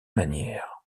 manières